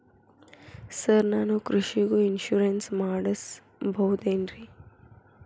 Sir ನಾನು ಕೃಷಿಗೂ insurance ಮಾಡಸಬಹುದೇನ್ರಿ?